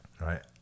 right